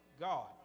God